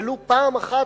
ולו פעם אחת,